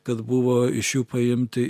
kad buvo iš jų paimti